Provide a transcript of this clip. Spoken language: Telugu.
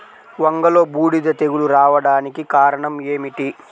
వంగలో బూడిద తెగులు రావడానికి కారణం ఏమిటి?